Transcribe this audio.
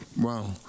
Wow